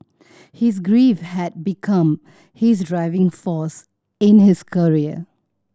his grief had become his driving force in his career